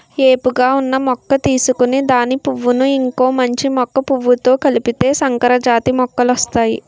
ఏపుగా ఉన్న మొక్క తీసుకొని దాని పువ్వును ఇంకొక మంచి మొక్క పువ్వుతో కలిపితే సంకరజాతి మొక్కలొస్తాయి